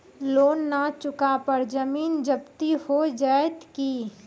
Loan न चुका पर जमीन जब्ती हो जैत की?